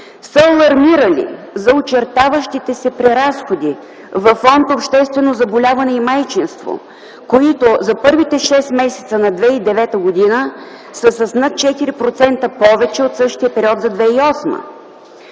са алармирали за очертаващите се преразходи във фонд „Общо заболяване и майчинство”, които за първите шест месеца на 2009 г. са с над 4% повече от същия период за 2008 г.